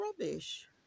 rubbish